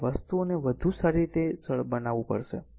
તેથી વસ્તુઓને વધુ સારી રીતે સરળ બનાવવું પડશે